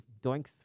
Doinks